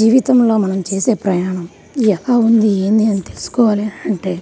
జీవితంలో మనం చేసే ప్రయాణం ఎలా ఉంది ఏంది అని తెలుసుకోవాలి అని అంటే